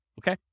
okay